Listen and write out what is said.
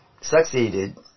succeeded